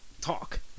talk